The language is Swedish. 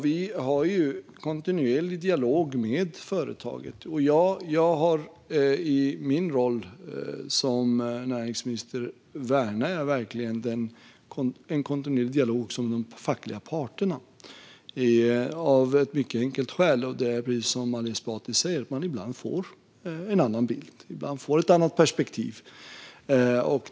Vi har kontinuerlig dialog med företaget. I min roll som näringsminister värnar jag verkligen den kontinuerliga dialog med de fackliga parterna man har. Detta av ett mycket enkelt skäl, nämligen precis det som Ali Esbati nämner: Ibland får man en annan bild och ett annat perspektiv.